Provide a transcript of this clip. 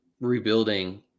rebuilding